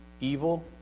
evil